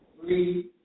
three